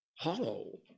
hollow